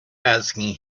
asking